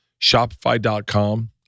Shopify.com